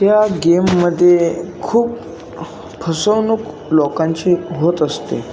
त्या गेममध्ये खूप फसवणूक लोकांची होत असते